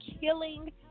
killing